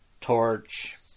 torch